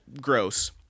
gross